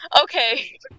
okay